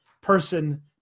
person